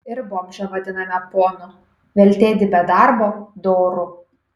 ir bomžą vadiname ponu veltėdį be darbo doru